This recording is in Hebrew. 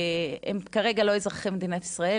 הם כרגע לא אזרחי מדינת ישראל,